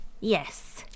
yes